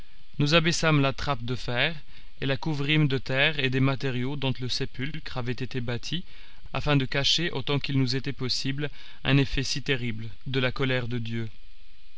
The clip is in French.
nous abaissâmes la trappe de fer et la couvrîmes de terre et des matériaux dont le sépulcre avait été bâti afin de cacher autant qu'il nous était possible un effet si terrible de la colère de dieu